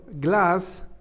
glass